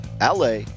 LA